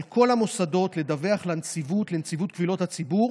על כל המוסדות לדווח לנציבות קבילות הציבור